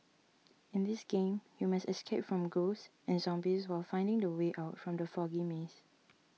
in this game you must escape from ghosts and zombies while finding the way out from the foggy maze